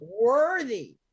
worthy